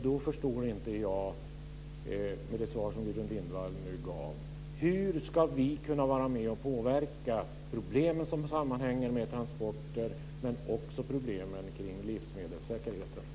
Då förstår inte jag, utifrån det svar som Gudrun Lindvall nu gav, hur vi ska kunna vara med och påverka problemen som sammanhänger med transporter och problemen kring livsmedelssäkerheten.